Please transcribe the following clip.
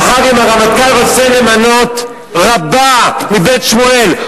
אם הרמטכ"ל רוצה מחר למנות רבה מ"בית שמואל",